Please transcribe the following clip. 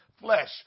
flesh